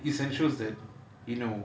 essentials that you know